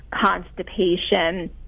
constipation